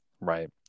right